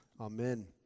amen